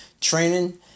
training